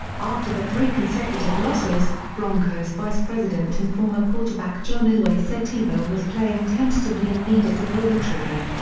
after the three consecutive losses, broncos vice president and former quarterback john elway said tebow was playing tentatively and needed to pull the trigger.